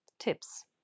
Tips